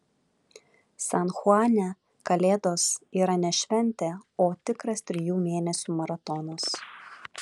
san chuane kalėdos yra ne šventė o tikras trijų mėnesių maratonas